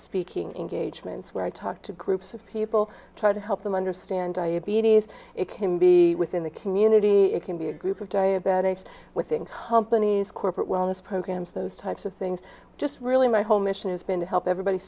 speaking engagements where i talk to groups of people try to help them understand diabetes it can be within the community it can be a group of diabetics with ink hump anees corporate wellness programs those types of things just really my whole mission has been to help everybody